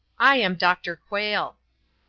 i am doctor quayle.